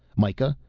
mikah,